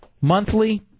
Monthly